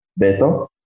Beto